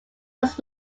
was